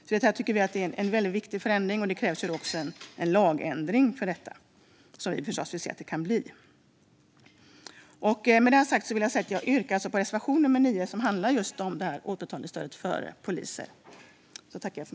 Vi tycker att det här är en viktig förändring, och det krävs en lagändring för att den ska gå igenom, vilket vi förstås vill att den ska göra. Jag yrkar bifall till reservation nummer 9 som handlar just om avskrivning av studieskulden för poliser.